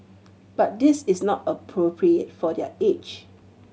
but this is not appropriate for their age